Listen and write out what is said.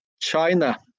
China